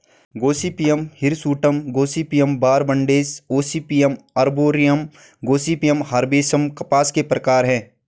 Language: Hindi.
Gossypium hirsutum, Gossypium barbadense, Gossypium arboreum, Gossypium herbaceum कपास के प्रकार है